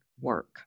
work